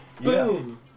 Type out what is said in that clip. Boom